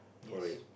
for it